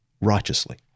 righteously